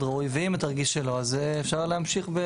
ראוי ואם אתה תרגיש שלא אז אפשר להמשיך,